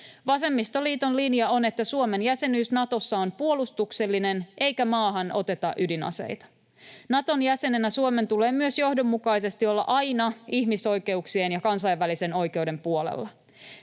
Vasemmistoliiton linja on, että Suomen jäsenyys Natossa on puolustuksellinen eikä maahan oteta ydinaseita. Naton jäsenenä Suomen tulee myös johdonmukaisesti olla aina ihmisoikeuksien ja kansainvälisen oikeuden puolella.